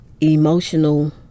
emotional